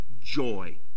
joy